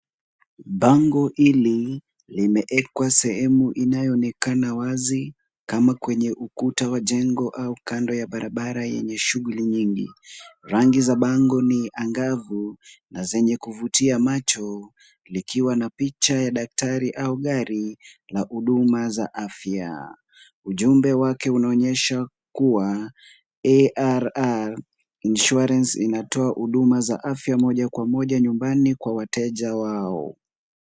Bango hili limewekwa sehemu inayoonekana wazi kama kwenye ukuta wa jengo au kando ya barabara yenye shughuli nyingi. Rangi za bango ni angavu na zenye kuvutia macho likiwa na picha ya daktari au gari la huduma za afya. Ujumbe wake unaonyesha kuwa AAR Insurance inatoa huduma za afya moja kwa moja nyumbani kwa wateja wao.